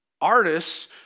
Artists